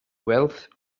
wealth